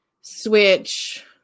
switch